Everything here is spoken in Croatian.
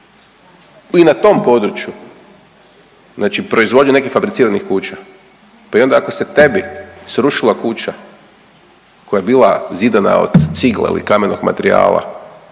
i na tom području proizvodnju nekih frabriciranih kuća. Pa onda ako se tebi srušila kuća koja je bila zidana od cigle ili kamenog materijala,